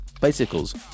Bicycles